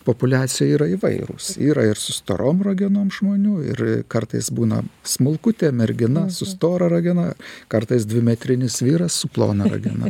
populiacijoj yra įvairūs yra ir su storom ragenom žmonių ir kartais būna smulkutė mergina su stora ragena kartais dvimetrinis vyras su plona ragena